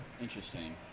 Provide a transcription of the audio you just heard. Interesting